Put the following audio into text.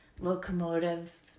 locomotive